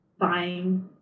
buying